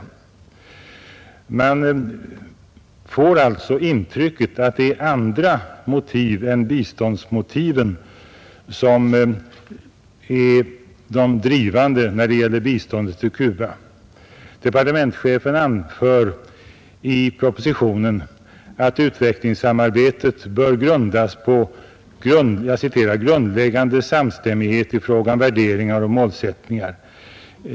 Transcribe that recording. Man får alltså intrycket att det är andra motiv än biståndsmotiven som är de drivande när det gäller biståndet till Cuba. Departementschefen anför i statsverkspropositionen att utvecklings samarbetet bör baseras på ”en grundläggande samstämmighet i fråga om värderingar och målsättning”.